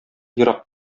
ерак